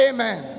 Amen